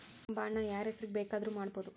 Bond ನ ಯಾರ್ಹೆಸ್ರಿಗ್ ಬೆಕಾದ್ರುಮಾಡ್ಬೊದು?